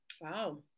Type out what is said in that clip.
Wow